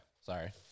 sorry